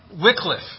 Wycliffe